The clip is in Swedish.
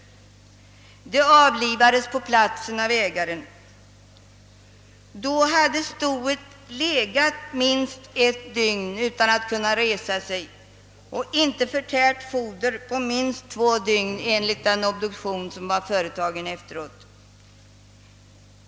Det avlivades på platsen av ägaren. Då hade stoet legat minst ett dygn utan att kunna resa sig och inte förtärt foder på minst två dygn, enligt den obduktion som företogs.